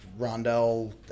Rondell